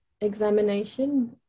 examination